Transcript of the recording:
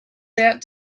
that